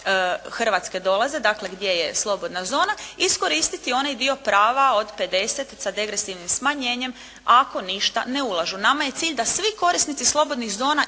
Hrvatske dolaze dakle gdje je slobodna zona, iskoristiti onaj dio prava od 50 sa degresivnim smanjenjem ako ništa ne ulažu. Nama je cilj da svi korisnici slobodnih zona